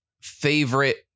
favorite